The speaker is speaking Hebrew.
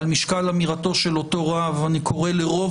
על משקל אמירתו של אותו רב אני קורא לרוב